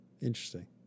Interesting